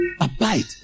Abide